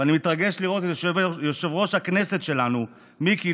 ואני מתרגש לראות את יושב-ראש הכנסת שלנו מיקי